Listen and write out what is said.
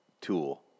Tool